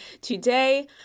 today